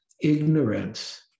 ignorance